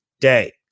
day